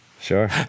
Sure